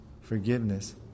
forgiveness